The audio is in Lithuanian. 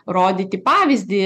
rodyti pavyzdį